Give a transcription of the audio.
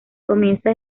comienza